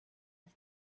and